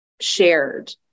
shared